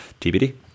TBD